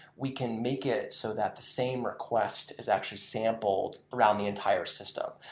we can make it so that the same request is actually sampled around the entire system.